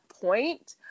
point